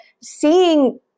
seeing